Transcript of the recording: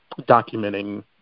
documenting